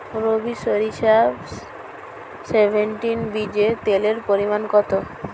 বারি সরিষা সেভেনটিন বীজে তেলের পরিমাণ কত?